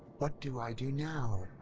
what do i do now?